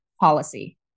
policy